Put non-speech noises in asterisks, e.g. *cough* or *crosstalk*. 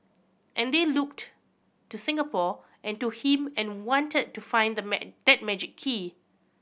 and they looked to Singapore and to him and wanted to find *unintelligible* that magic key